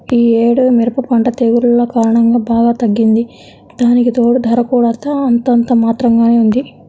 యీ యేడు మిరప పంట తెగుల్ల కారణంగా బాగా తగ్గింది, దానికితోడూ ధర కూడా అంతంత మాత్రంగానే ఉంది